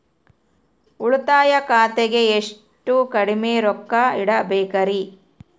ಉಳಿತಾಯ ಖಾತೆಗೆ ಎಷ್ಟು ಕಡಿಮೆ ರೊಕ್ಕ ಇಡಬೇಕರಿ?